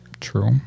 True